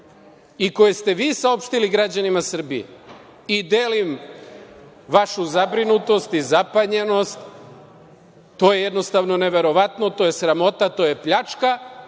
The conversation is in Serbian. i koje ste vi saopštili građanima Srbije i delim vašu zabrinutost i zapanjenost. To je, jednostavno, neverovatno, to je sramota, to je pljačka,